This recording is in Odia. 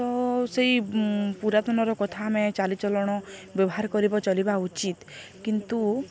ତ ସେଇ ପୁରାତନର କଥା ଆମେ ଚାଲିଚଳନ ବ୍ୟବହାର କରିବା ଚଳିବା ଉଚିତ୍ କିନ୍ତୁ